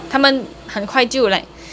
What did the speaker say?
他们很快就 like